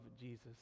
Jesus